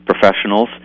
professionals